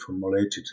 formulated